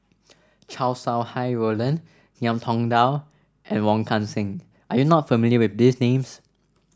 Chow Sau Hai Roland Ngiam Tong Dow and Wong Kan Seng are you not familiar with these names